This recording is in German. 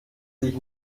sich